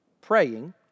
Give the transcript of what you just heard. praying